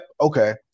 okay